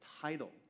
title